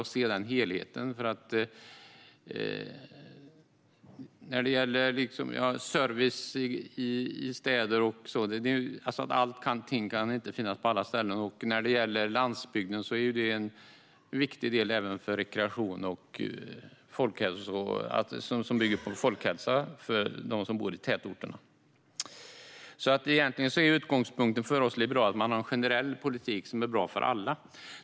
Man måste se den helheten. Vi talar om servicen i städer, men allt kan inte finnas på alla ställen. När det gäller landsbygden är den även viktig för rekreation och för folkhälsan för dem som bor i tätorterna. Utgångspunkten för oss i Liberalerna bygger egentligen på en generell politik som är bra för alla.